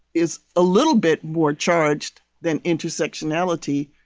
is a little bit more charged than intersectionality,